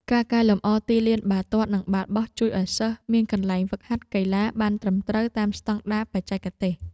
ការកែលម្អទីលានបាល់ទាត់និងបាល់បោះ ជួយឱ្យសិស្សមានកន្លែងហ្វឹកហាត់កីឡាបានត្រឹមត្រូវតាមស្តង់ដារបច្ចេកទេស។